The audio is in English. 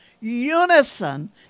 Unison